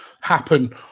happen